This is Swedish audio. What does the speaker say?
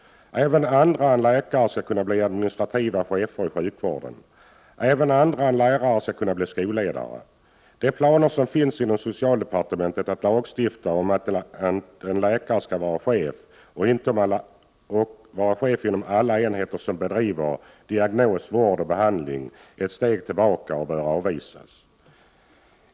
Även andra än läkare skall kunna bli administrativa chefer i sjukvården. Även andra än lärare skall kunna bli skolledare. De planer som finns inom socialdepartementet att lagstifta om att en läkare skall vara chef inom alla enheter som bedriver diagnos, vård och behandling är ett steg tillbaka och bör avvisas.